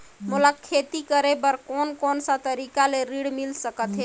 मोला खेती करे बर कोन कोन सा तरीका ले ऋण मिल सकथे?